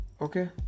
Okay